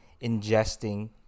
ingesting